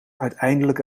uiteindelijk